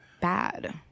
Bad